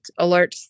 alerts